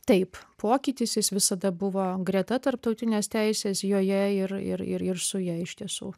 taip pokytis jis visada buvo greta tarptautinės teisės joje ir ir ir ir su ja iš tiesų